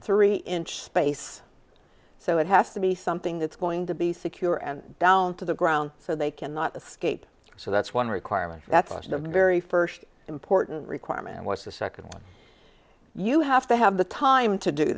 three inch space so it has to be something that's going to be secure and down to the ground so they cannot escape so that's one requirement that's the very first important requirement was the second one you have to have the time to do